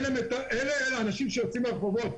אלה האנשים שיוצאים לרחובות.